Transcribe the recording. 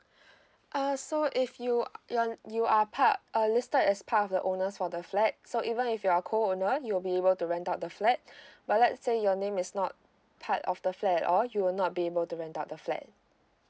uh so if you you're you are part uh listed as part of the owners for the flat so even if you're co owner you'll be able to rent out the flat but let's say your name is not part of the flat at all you will not be able to rent out the flat